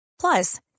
Plus